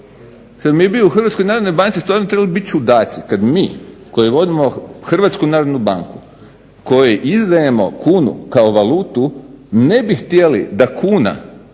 Mi bi HNB-u stvarno bi trebali biti čudaci kada bi mi koji vodimo HNB koji izdajemo kunu kao valutu ne bi htjeli da kuna